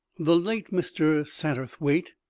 the late mr. satterthwaite,